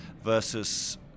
versus